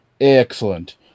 Excellent